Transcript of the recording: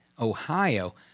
Ohio